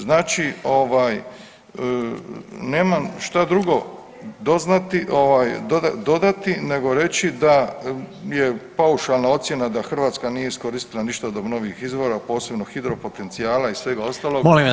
Znači nemam šta drugo dodati nego reći da je paušalna ocjena da Hrvatska nije iskoristila ništa od obnovljivih izvora posebno hidro potencijala i svega ostalog.